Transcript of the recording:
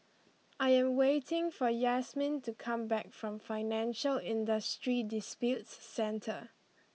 I am waiting for Yasmine to come back from Financial Industry Disputes Centre